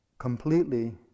completely